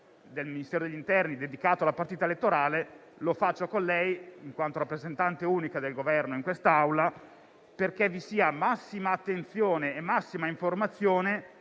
del Ministero dell'interno dedicato alla partita elettorale; lo faccio con lei in quanto rappresentante unica del Governo in quest'Aula perché vi sia massima attenzione e massima informazione